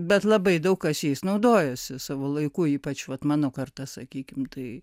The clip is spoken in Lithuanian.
bet labai daug kas jais naudojosi savo laiku ypač vat mano karta sakykim tai